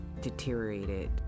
deteriorated